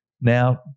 now